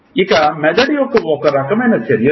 ఇవి మెదడు యొక్క ఒక రకమైన చర్యలు